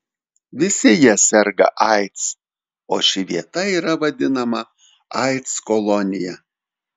visi jie serga aids o ši vieta yra vadinama aids kolonija